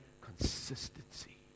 consistency